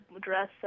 dress